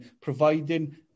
providing